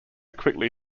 quickly